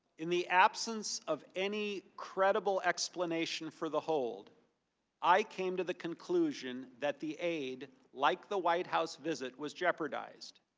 in the absence of any credible explanation for the hold i came to the conclusion that the aid, like the white house visit was jeopardized.